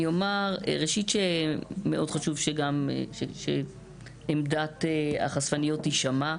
אני אומר ראשית שמאוד חשוב שעמדת החשפניות תישמע.